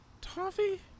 Toffee